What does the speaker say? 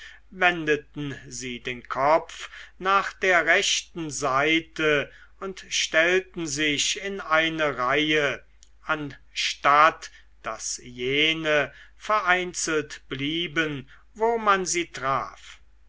wendeten sie den kopf nach der rechten seite und stellten sich in eine reihe anstatt daß jene vereinzelt blieben wo man sie traf